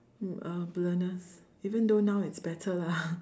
uh blurness even though now it's better lah